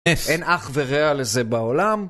אין אח ורע לזה בעולם